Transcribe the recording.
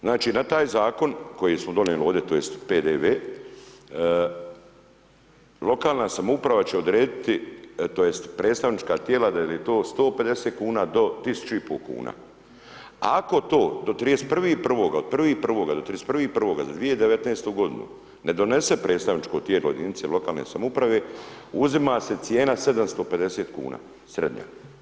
Znači na taj zakon koji smo donijeli ovdje tj. PDV lokalna samouprava će odredit, tj. predstavnička tijela da li je to 150 do 1.500 kuna, ako to do 31.1. od 1.1. do 31.1. za 2019. ne donese predstavničko tijelo jedinice lokalne samouprave uzima se cijena 750 kuna, srednja.